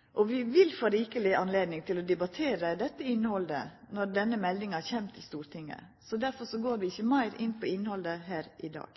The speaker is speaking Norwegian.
stortingsmelding. Vi vil få rikeleg anledning til å debattera dette innhaldet når denne meldinga kjem til Stortinget. Derfor går vi ikkje meir inn på innhaldet her i dag.